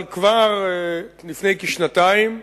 אבל כבר לפני כשנתיים,